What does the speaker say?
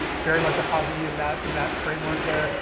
very much a hobby in that in that framework there.